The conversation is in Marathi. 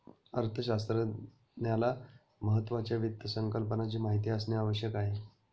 अर्थशास्त्रज्ञाला महत्त्वाच्या वित्त संकल्पनाची माहिती असणे आवश्यक आहे